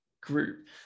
group